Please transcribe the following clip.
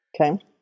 Okay